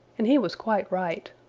and he was quite right.